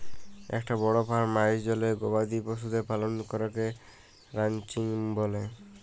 একটা বড় ফার্ম আয়জলে গবাদি পশুদের পালন করাকে রানচিং ব্যলে